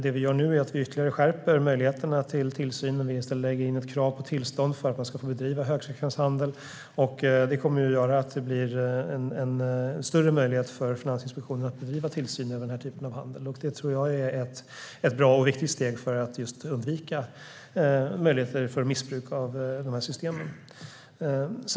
Det vi gör nu är att ytterligare skärpa möjligheterna till tillsyn och lägga fram ett krav på tillstånd för att få bedriva högfrekvenshandel. Det kommer att leda till en större möjlighet för Finansinspektionen att bedriva tillsyn över den typen av handel. Det är ett bra och viktigt steg för att undvika missbruk av systemen.